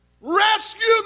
Rescue